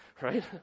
right